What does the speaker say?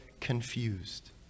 confused